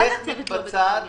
מה "הצוות לא בתוך העניין"?